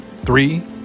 three